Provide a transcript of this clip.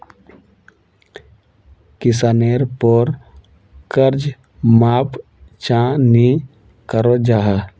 किसानेर पोर कर्ज माप चाँ नी करो जाहा?